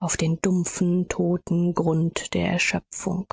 auf den dumpfen toten grund der erschöpfung